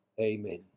Amen